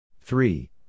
Three